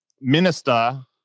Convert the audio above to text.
minister